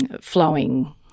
flowing